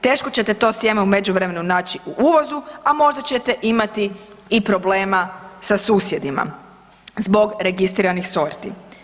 Teško ćete to sjeme u međuvremenu naći u uvozu, a možda ćete imati i problema sa susjedima zbog registriranih sorti.